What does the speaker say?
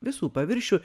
visų paviršių